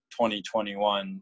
2021